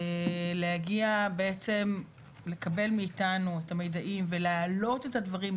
להגיע בעצם לקבל מאיתנו את המידעים ולהעלות את הדברים,